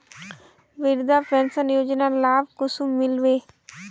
वृद्धा पेंशन योजनार लाभ कुंसम मिलबे?